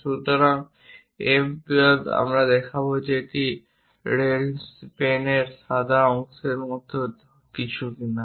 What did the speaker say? সুতরাং M 12 আমরা দেখাব যে এটি রেনল্ডস পেনের সাদা রঙের অংশের মতো কিছু কিনা